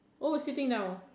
oh sitting down